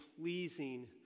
pleasing